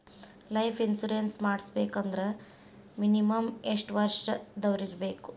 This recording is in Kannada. ಲೈಫ್ ಇನ್ಶುರೆನ್ಸ್ ಮಾಡ್ಸ್ಬೇಕಂದ್ರ ಮಿನಿಮಮ್ ಯೆಷ್ಟ್ ವರ್ಷ ದವ್ರಿರ್ಬೇಕು?